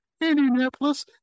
Indianapolis